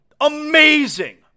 Amazing